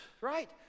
right